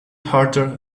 harder